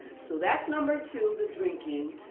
so that's number two, the drinking.